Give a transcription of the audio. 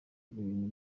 ibintu